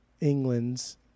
England's